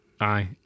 aye